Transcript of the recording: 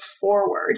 forward